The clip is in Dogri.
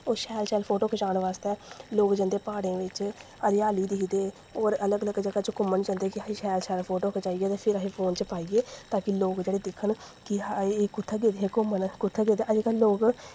ओह् शैल शैल फोटो खचाने बास्तै लोग जंदे प्हाडें बिच्च हरियाली दिखदे होर अलग अलग जगह् च घूमन जंदे ते असीं शैल शैल फोटो खचाइयै ते फिर असीं फोन च पाइये ताकि लोक जेह्ड़े दिक्खन कि एह् कु'त्थें गेदी ही घूमन कु'त्थें गेदी ही अज्ज कल लोक